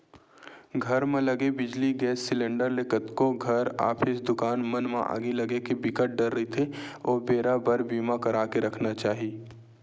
घर म लगे बिजली, गेस सिलेंडर ले कतको घर, ऑफिस, दुकान मन म आगी लगे के बिकट डर रहिथे ओ बेरा बर बीमा करा के रखना चाही